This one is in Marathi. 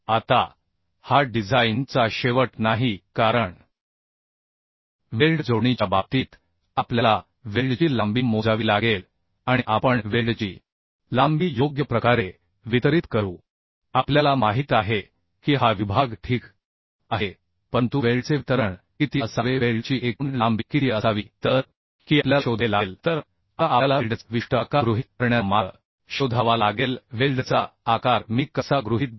आता हा डिझाइन चा शेवट नाही कारण वेल्ड जोडणीच्या बाबतीत आपल्याला वेल्डची लांबी मोजावी लागेल आणि आपण वेल्डची लांबी योग्य प्रकारे वितरित करू आपल्याला माहित आहे की हा विभाग ठीक आहे परंतु वेल्डचे वितरण किती असावे वेल्डची एकूण लांबी किती असावी तर की आपल्याला शोधावे लागेल तर आता आपल्याला वेल्डचा विशिष्ट आकार गृहीत धरण्याचा मार्ग शोधावा लागेल वेल्डचा आकार मी कसा गृहित धरू